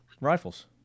rifles